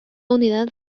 unidad